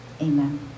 Amen